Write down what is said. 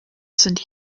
sind